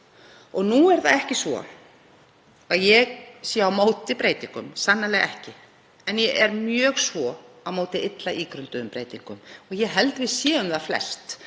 Nú er það ekki svo að ég sé á móti breytingum, sannarlega ekki. En ég er mjög svo á móti illa ígrunduðum breytingum og ég held að við séum það flest.